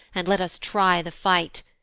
and let us try the fight,